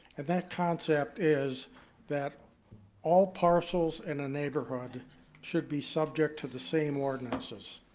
and that concept is that all parcels in a neighborhood should be subject to the same ordinances.